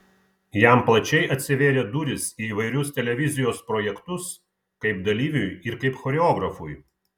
jam plačiai atsivėrė durys į įvairius televizijos projektus kaip dalyviui ir kaip choreografui